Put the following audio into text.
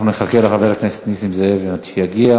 אנחנו נחכה לחבר הכנסת נסים זאב שיגיע.